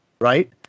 Right